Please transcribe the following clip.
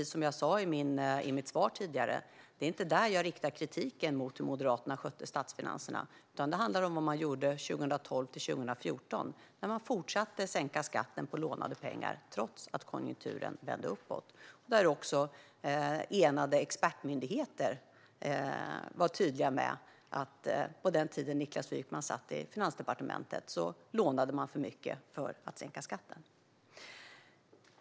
Som jag sa i mitt interpellationssvar är det inte dit jag riktar kritiken mot hur Moderaterna skötte statsfinanserna, utan det handlar om vad man gjorde 2012-2014, då man fortsatte att sänka skatten på lånade pengar, trots att konjunkturen vände uppåt. Enade expertmyndigheter har också varit tydliga med att man på den tiden då Niklas Wykman satt i Finansdepartementet lånade för mycket för att sänka skatten.